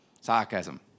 Sarcasm